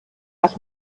dass